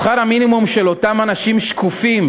העלאת שכר המינימום של אותם אנשים שקופים,